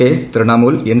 K Trinamool N